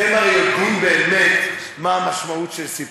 אתם הרי יודעים באמת מה המשמעות של סיפוח.